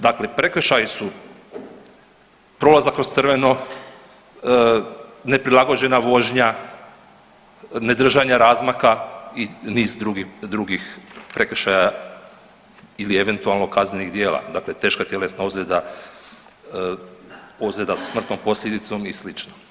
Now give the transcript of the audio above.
Dakle, prekršaji su prolazak kroz crveno, neprilagođena vožnja, ne držanje razmaka i niz drugih prekršaja ili eventualno kaznenih djela dakle teška tjelesna ozljeda, ozljeda sa smrtnom posljedicom i slično.